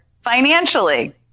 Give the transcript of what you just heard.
financially